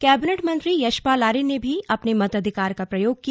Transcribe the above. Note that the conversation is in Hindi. कैबिनेट मंत्री यशपाल आर्य ने भी अपने मताधिकार का प्रयोग किया